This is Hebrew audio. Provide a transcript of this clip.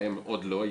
והאם עוד לא,